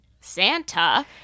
Santa